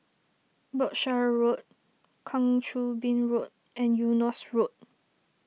Berkshire Road Kang Choo Bin Road and Eunos Road